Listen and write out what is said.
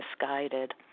misguided